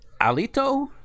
Alito